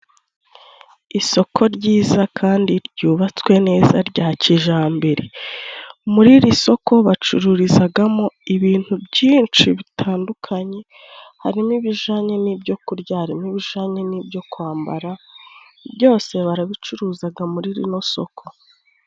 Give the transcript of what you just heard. Isoko ryiza kandi ry'ubatswe neza rya kijyambere, muri iri soko bacururizagamo ibintu byinshi bitandukanye, harimo ibijanye n'ibyo kurya, harimo ibijanye n'ibyo kwambara, byose barabicuruzaga muri rino soko.